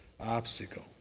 obstacle